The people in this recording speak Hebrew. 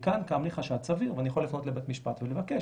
מכאן קם לי חשד סביר ואני יכול לפנות לבית משפט ולבקש.